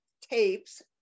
tapes